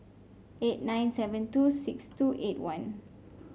eight nine seven two six two eight one